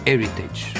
heritage